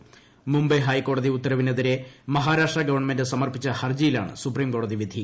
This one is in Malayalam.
ബോംബെ ഹൈക്കോടതി ഉത്തരവിനെതിരെ മഹാരാഷ്ട്ര ഗവൺമെന്റ് സമർപ്പിച്ച ഹർജിയിലാണ് സുപ്രീംകോടതി വിധി